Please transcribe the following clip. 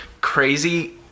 crazy